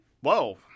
Whoa